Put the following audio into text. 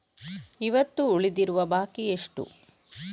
ಇವತ್ತು ಉಳಿದಿರುವ ಬಾಕಿ ಎಷ್ಟು?